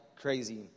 crazy